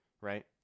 right